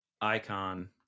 icon